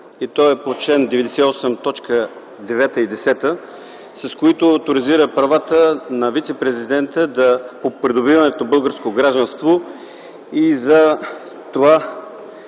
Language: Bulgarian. чл. 98, точки 9 и 10, с които оторизира правата на вицепрезидента по придобиването на българско гражданство и за това